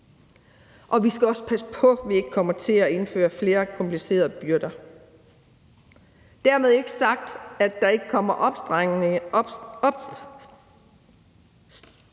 Vi skal også passe på, at vi ikke kommer til at pålægge flere komplicerede byrder. Dermed ikke sagt, at der ikke kommer opstramninger